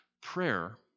Prayer